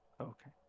Okay